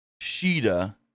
Sheeta